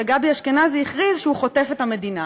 וגבי אשכנזי הכריז שהוא חוטף את המדינה.